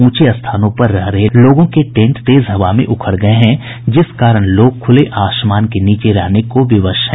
ऊंचे स्थानों पर रह रहे लोगों के टेंट तेज हवा में उखड़ गये हैं जिस कारण लोग खुले आसमान के नीचे रहने को विवश हैं